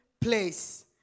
place